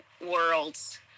worlds